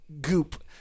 goop